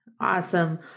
Awesome